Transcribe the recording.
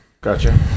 Gotcha